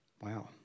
wow